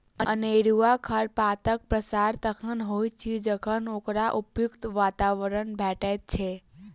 अनेरूआ खरपातक प्रसार तखन होइत अछि जखन ओकरा उपयुक्त वातावरण भेटैत छै